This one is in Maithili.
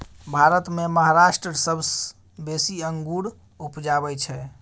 भारत मे महाराष्ट्र सबसँ बेसी अंगुर उपजाबै छै